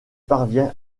parvient